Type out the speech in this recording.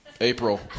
April